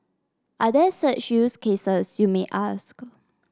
are there such use cases you may ask